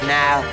now